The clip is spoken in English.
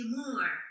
more